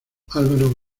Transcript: álvaro